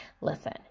Listen